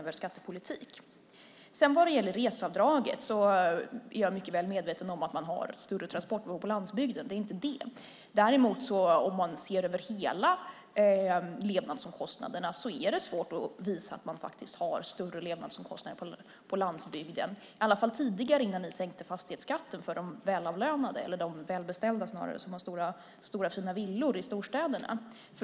När det gäller reseavdraget är jag mycket väl medveten om att man har större transportbehov på landsbygden. Det är inte det. Däremot om man ser över hela levnadsomkostnaderna är det svårt att visa att man har större levnadsomkostnader på landsbygden, i alla fall tidigare innan ni sänkte fastighetsskatten för de välbeställda som har stora fina villor i storstäderna.